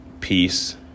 peace